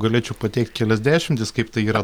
galėčiau pateikt kelias dešimtis kaip tai yra